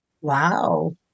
Wow